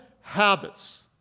habits